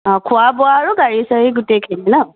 অঁ খোৱা বোৱা আৰু গাড়ী চাৰী গোটেইখিনি ন